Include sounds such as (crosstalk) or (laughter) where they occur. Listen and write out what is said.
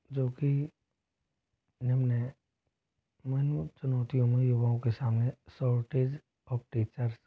जो कि निम्न हैं (unintelligible) चुनौतियों में युवाओं के सामने शॉर्टेज ऑफ़ टीचर्स